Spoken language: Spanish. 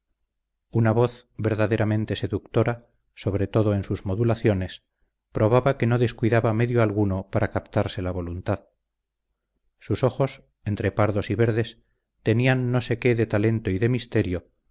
una voz verdaderamente seductora sobre todo en sus modulaciones probaba que no descuidaba medio alguno para captarse la voluntad sus ojos entre pardos y verdes tenían no sé qué de talento y de misterio